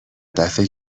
دفه